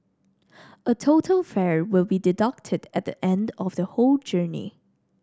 a total fare will be deducted at the end of the whole journey